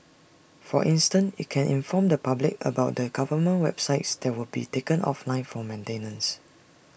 for instance IT can inform the public about the government websites that would be taken offline for maintenance